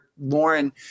Lauren